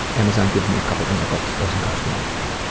and amazon gives me a couple of nickels. doesn't cost you anything.